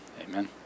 Amen